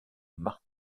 marc